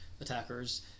attackers